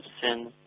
sin